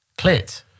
Clit